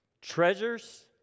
Treasures